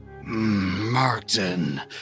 Martin